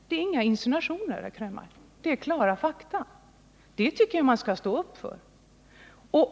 Det är inga insinuationer, herr Krönmark, utan det är klara fakta. Dessa fakta tycker jag herr Krönmark skall stå för.